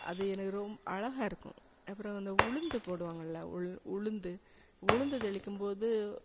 அது எனக்கு ரொம் அழகாக இருக்கும் அப்புறம் இந்த உளுந்து போடுவாங்கள்ல உள் உளுந்து உளுந்து தெளிக்கும்போது